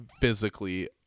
physically